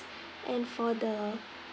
and for the